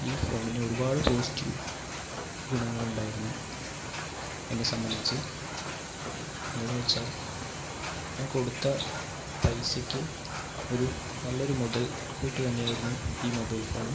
ഈ ഫോണിന് ഒരുപാട് പോസിറ്റീവ് ഗുണങ്ങളുണ്ടായിരുന്നു എന്നെ സംബന്ധിച്ച് ഇതെന്ന് വെച്ചാൽ ഞാൻ കൊടുത്ത പൈസക്ക് ഒരു നല്ലൊരു മുതൽ കൂട്ട് തന്നെയായിരുന്നു ഈ മൊബൈൽ ഫോൺ